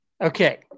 Okay